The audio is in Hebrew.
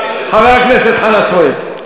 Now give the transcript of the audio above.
חבר הכנסת חנא סוייד.